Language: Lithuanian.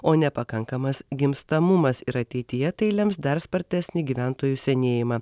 o nepakankamas gimstamumas ir ateityje tai lems dar spartesnį gyventojų senėjimą